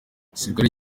igisirikare